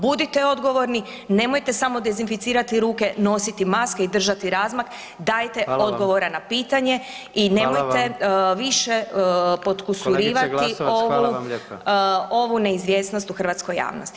Budite odgovorni, nemojte samo dezinficirati ruke, nositi maske i držati razmak dajte odgovore na pitanja i nemojte više potkusuravati ovu neizvjesnost u hrvatskoj u javnosti.